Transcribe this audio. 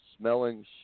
smelling